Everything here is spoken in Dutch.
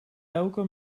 elke